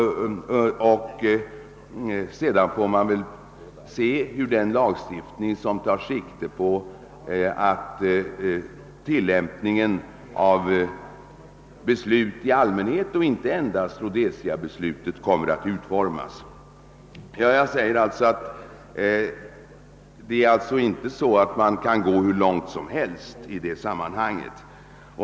Sedan får man väl se hur den allmänna lag som inte enbart gäller Rhodesia kommer att utformas. Man kan alltså inte gå hur långt som helst i detta sammanhang.